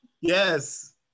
Yes